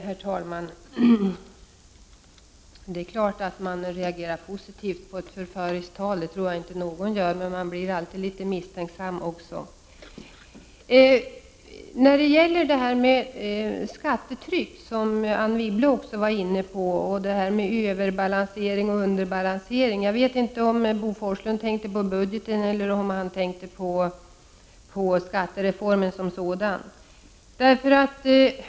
Herr talman! Det är klart att man reagerar positivt på ett förföriskt tal — det tror jag att alla gör — men man blir alltid litet misstänksam också. När det gäller skattetrycket, som Anne Wibble också var inne på, och talet om överbalansering och underbalansering undrar jag om Bo Forslund tänkte på budgeten eller om han tänkte på skattereformen som sådan.